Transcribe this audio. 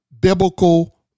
biblical